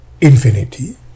infinity